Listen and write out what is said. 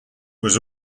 was